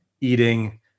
eating